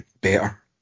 better